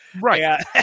Right